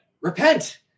Repent